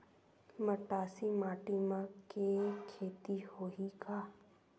मटासी माटी म के खेती होही का?